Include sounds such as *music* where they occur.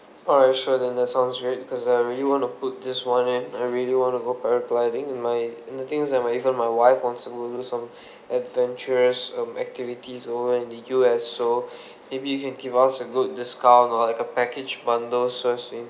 alright sure then that sounds because I really want to put this one in I really want to go paragliding and my and the thing is that my even my wife wants to go do some *breath* adventurous um activities over in the U_S so *breath* maybe you can give us a good discount or like a package bundle sort of thing